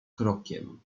krokiem